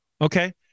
Okay